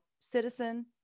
citizen